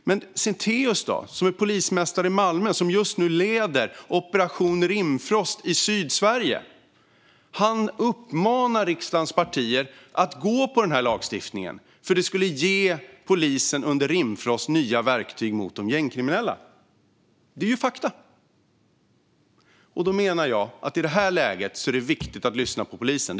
Men Sintéus då, som är polismästare i Malmö och som just nu leder Operation Rimfrost i Sydsverige? Han uppmanar riksdagens partier att gå på den här lagstiftningen, för det skulle ge polisen under Rimfrost nya verktyg mot de gängkriminella. Det är fakta. Då menar jag att det i det här läget är viktigt att lyssna på polisen.